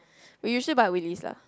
we usually buy Willy's lah